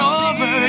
over